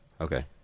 Okay